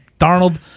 Darnold